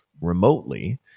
remotely